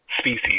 species